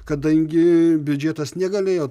kadangi biudžetas negalėjo